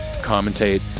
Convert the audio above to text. commentate